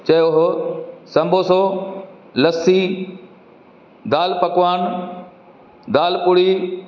चयो हुओ संबोसो लस्सी दाल पकवान दाल पूड़ी